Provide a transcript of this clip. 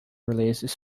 releases